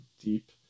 deep